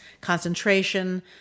concentration